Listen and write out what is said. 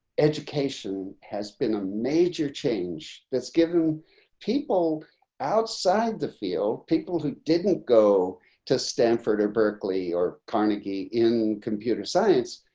education has been a major change that's given people outside the field, people who didn't go to stanford or berkeley or carnegie in computer science,